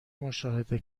مشاهده